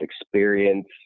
experience